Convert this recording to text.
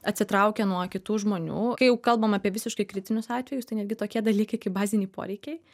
atsitraukia nuo kitų žmonių kai jau kalbam apie visiškai kritinius atvejus tai netgi tokie dalykai kaip baziniai poreikiai